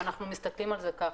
ואנחנו מסתכלים על זה כך.